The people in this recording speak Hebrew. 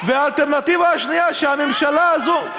והאלטרנטיבה השנייה, שהממשלה הזו, כן?